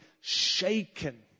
shaken